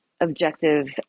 objective